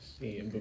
see